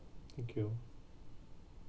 thank you